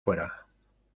fuera